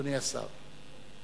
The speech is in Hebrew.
אדוני השר.